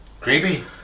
creepy